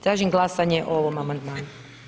Tražim glasanje o ovome amandmanu.